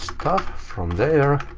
stuff from there,